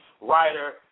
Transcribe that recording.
writer